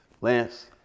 Lance